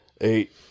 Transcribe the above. Eight